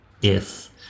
Yes